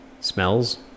smells